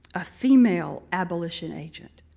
a female abolition agent,